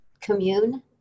commune